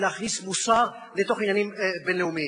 של להכניס מוסר לתוך עניינים בין-לאומיים.